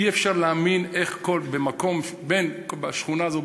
אי-אפשר להאמין איך בשכונה הזאת,